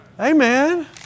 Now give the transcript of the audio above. Amen